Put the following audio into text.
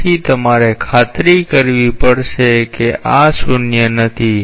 તેથી તમારે ખાતરી કરવી પડશે કે આ શૂન્ય નથી